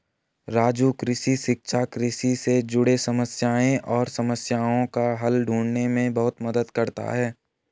राजू कृषि शिक्षा कृषि से जुड़े समस्याएं और समस्याओं का हल ढूंढने में बहुत मदद करता है